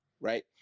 right